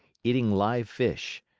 eating live fish.